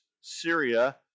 Syria